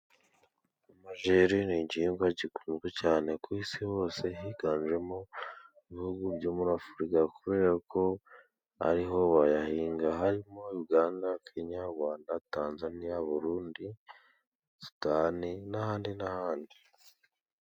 Amajeri ni igihingwa gikunzwe cyane ku isi hose, higanjemo ibihugu byo muri Afurika kubera ko ariho bayahinga harimo Uganda, Kenya, Rwanda, Tanzaniya, Burundi, Sudani n'ahandi n'ahandi.